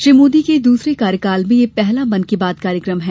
श्री मोदी के दूसरे कार्यकाल में यह पहला मन की बात कार्यक्रम है